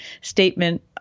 statement